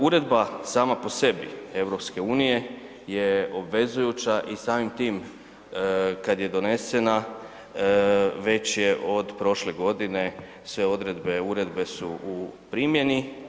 Uredba sama po sebi, EU-e je obvezujuća i samim tim kad je donesena već je od prošle godine sve odredbe uredbe su u primjeni.